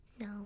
No